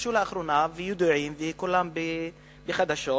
התרחשו מקרים רבים, ידועים, היו בחדשות,